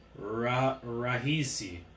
Rahisi